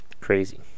crazy